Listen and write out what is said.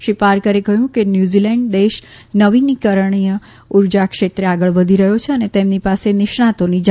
શ્રી પાર્કરે કહ્યું ન્યૂઝીલેન્ડ દેશ નવીનીકરણીય ઉર્જા ક્ષેત્રે આગળ વધી રહ્યો છે અને તેમની પાસે નિષ્ણાંતોની જાણકારી છે